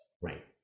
Right